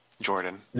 Jordan